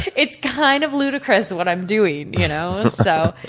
it's kind of ludicrous what i'm doing. you know so,